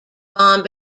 bond